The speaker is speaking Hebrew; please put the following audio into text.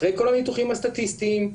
אחרי כל הניתוחים הסטטיסטיים,